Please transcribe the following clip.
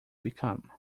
become